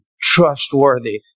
trustworthy